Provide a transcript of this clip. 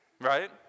Right